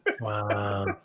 Wow